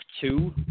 two